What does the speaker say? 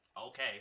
okay